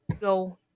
Go